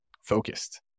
focused